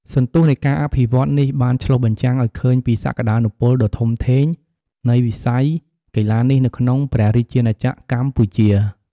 សន្ទុះនៃការអភិវឌ្ឍន៍នេះបានឆ្លុះបញ្ចាំងឱ្យឃើញពីសក្ដានុពលដ៏ធំធេងនៃវិស័យកីឡានេះនៅក្នុងព្រះរាជាណាចក្រកម្ពុជា។